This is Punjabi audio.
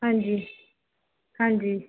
ਹਾਂਜੀ ਹਾਂਜੀ